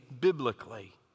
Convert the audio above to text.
biblically